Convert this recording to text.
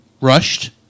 rushed